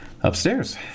Upstairs